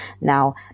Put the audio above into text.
Now